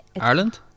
Ireland